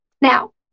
Now